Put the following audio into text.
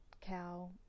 cow